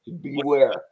Beware